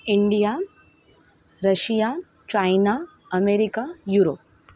India Russia China America Europe